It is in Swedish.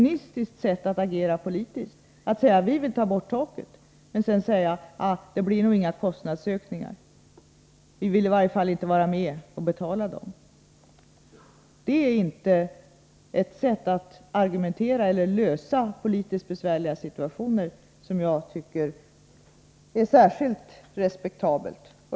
Moderaterna vill inte ha begränsningen när det gäller antalet platser och säger att de vill ta bort taket, och sedan säger de att det nog inte blir några kostnadsökningar, att de i varje fall inte vill vara med och betala några sådana. Det är inte ett sätt att argumentera eller att lösa politiskt besvärliga situationer som jag tycker är särskilt respektabelt.